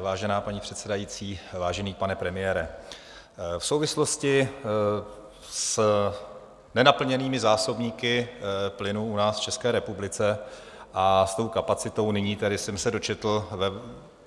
Vážená paní předsedající, vážený premiére, v souvislosti s nenaplněnými zásobníky plynu u nás v České republice a s tou kapacitou nyní jsem se dočetl ve